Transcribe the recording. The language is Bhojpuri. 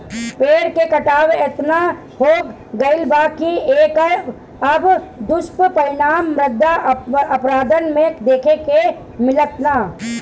पेड़ के कटाव एतना हो गईल बा की एकर अब दुष्परिणाम मृदा अपरदन में देखे के मिलता